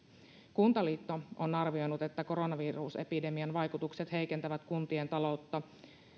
kuntaliitto on arvioinut että koronavirusepidemian vaikutukset heikentävät kuntien taloutta